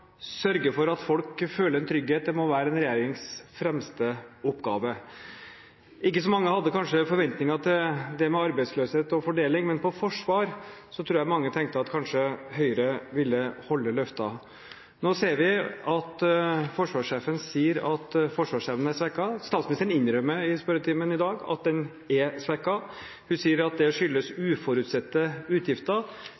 sørge for at folk føler trygget, må være en regjerings fremste oppgave. Ikke så mange hadde kanskje forventninger til det med arbeidsløshet og fordeling, men når det gjelder forsvar, tror jeg mange tenkte at Høyre kanskje ville holde løftene. Nå hører vi forsvarssjefen si at forsvarsevnen er svekket. Statsministeren innrømmer i spørretimen i dag at den er svekket. Hun sier at det skyldes